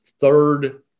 third